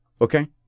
Okay